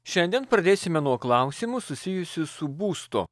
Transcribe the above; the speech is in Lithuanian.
šiandien pradėsime nuo klausimų susijusių su būstu